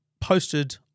posted